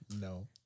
No